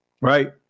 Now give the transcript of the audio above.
right